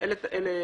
אלה